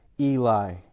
Eli